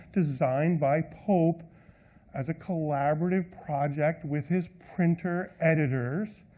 designed by pope as a collaborative project with his printer editors,